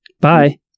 Bye